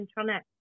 internet